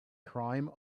crime